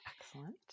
Excellent